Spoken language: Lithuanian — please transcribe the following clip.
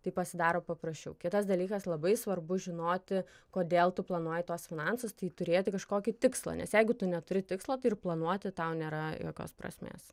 tai pasidaro paprasčiau kitas dalykas labai svarbu žinoti kodėl tu planuoji tuos finansus tai turėti kažkokį tikslą nes jeigu tu neturi tikslo tai ir planuoti tau nėra jokios prasmės